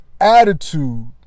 attitude